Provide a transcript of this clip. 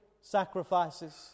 sacrifices